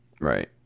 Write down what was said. Right